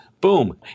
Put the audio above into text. boom